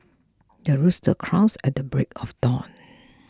the rooster crows at the break of dawn